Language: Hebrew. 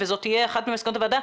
וזאת תהיה אחת ממסקנות הוועדה,